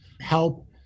help